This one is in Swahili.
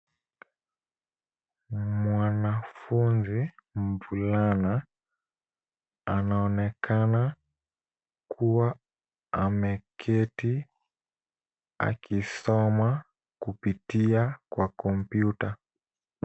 Mwanafunzi mvulana anaonekana kuwa ameketi akisoma kupitia kwa kompyuta.